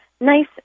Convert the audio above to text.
nice